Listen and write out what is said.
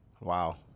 Wow